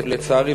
לצערי,